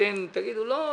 אתם תגידו שלא,